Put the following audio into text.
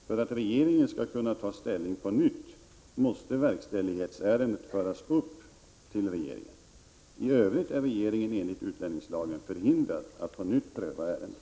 För att regeringen skall kunna ta ställning på nytt måste verkställighetsärendet föras upp till regeringen. I Övrigt är regeringen enligt utlänningslagen förhindrad att på nytt pröva ärendet.